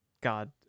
god